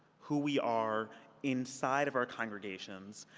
who we are inside of our conversations,